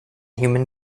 human